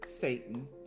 Satan